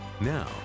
Now